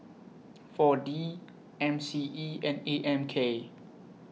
four D M C E and A M K